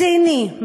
ציני,